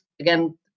again